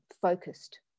focused